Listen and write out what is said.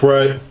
Right